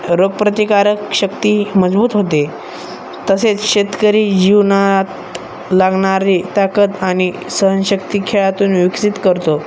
रोगप्रतिकारक शक्ती मजबूत होते तसेच शेतकरी जीवनात लागणारी ताकद आणि सहनशक्ती खेळातून विकसित करतो